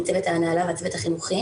עם צוות ההנהלה והצוות החינוכי